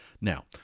Now